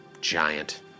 giant